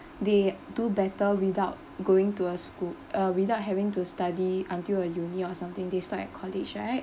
they do better without going to a school uh without having to study until a uni or something they stopped at college right